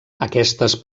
aquestes